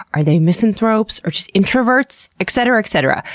are they misanthropes or just introverts? etcetera, etcetera,